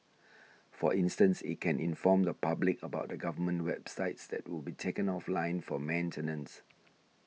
for instance it can inform the public about the government websites that would be taken offline for maintenance